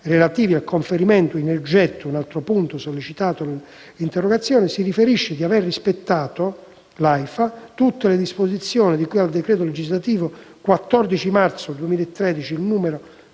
relativi al conferimento in oggetto, un altro punto sollecitato nell'interrogazione, l'Aifa riferisce di aver rispettato tutte le disposizioni di cui al decreto legislativo 14 marzo 2013, n.